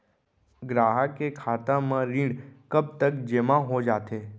ग्राहक के खाता म ऋण कब तक जेमा हो जाथे?